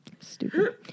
stupid